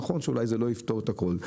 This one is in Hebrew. נכון שאולי זה לא יפתור את הכול,